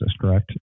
correct